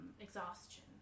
exhaustion